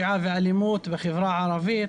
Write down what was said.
המיוחדת למיגור הפשיעה והאלימות בחברה הערבית,